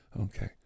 Okay